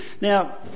now